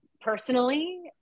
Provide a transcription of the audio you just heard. personally